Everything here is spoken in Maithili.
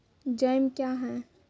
जैम क्या हैं?